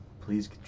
please